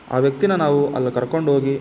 ಆ ವ್ಯಕ್ತಿನ ನಾವು ಅಲ್ಲಿಗ್ ಕರ್ಕೊಂಡೋಗಿ